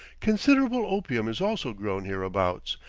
considerable opium is also grown hereabouts,